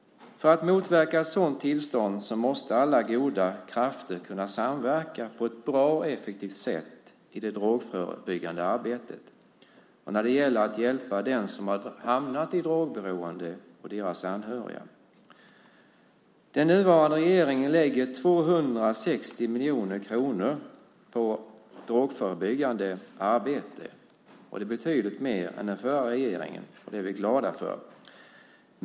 För att motverka ett sådant tillstånd måste alla goda krafter kunna samverka på ett bra och effektivt sätt i det drogförebyggande arbetet och när det gäller att hjälpa dem som har hamnat i drogberoende och deras anhöriga. Den nuvarande regeringen lägger 260 miljoner kronor på drogförebyggande arbete. Det är betydligt mer än den förra regeringen. Det är vi glada för.